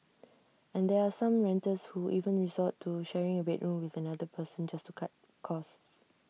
and there are some renters who even resort to sharing A bedroom with another person just to cut costs